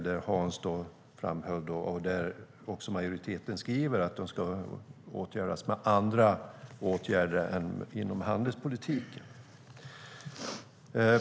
Där framhöll Hans, och majoriteten skriver också så, att de ska åtgärdas med andra insatser än genom handelspolitik.